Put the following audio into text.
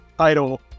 title